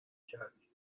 کردی